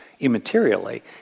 immaterially